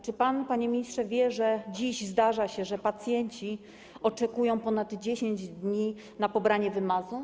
Czy pan, panie ministrze, wie, że dziś zdarza się, że pacjenci oczekują ponad 10 dni na pobranie wymazu?